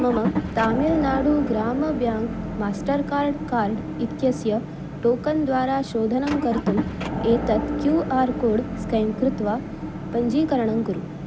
मम तामिल्नाडु ग्रामः bank master card card इत्यस्य टोकन् द्वारा शोधनं कर्तुम् एतत् क्यू आर् कोड् स्कैन् कृत्वा पञ्जीकरणं कुरु